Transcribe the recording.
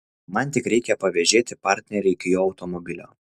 man tik reikia pavėžėti partnerį iki jo automobilio